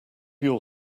your